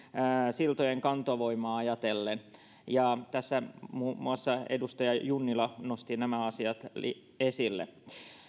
siltojen kantovoimaa ajatellen tässä muun muassa edustaja junnila nosti nämä asiat esille